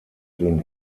den